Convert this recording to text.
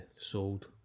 sold